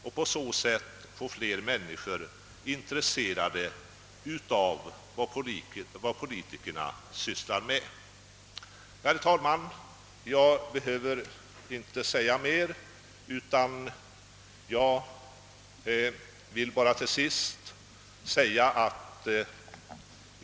Det innebär att partistödet är ett av de medel som vi skall använda för att stärka den svenska demokratien. Herr talman!